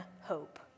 hope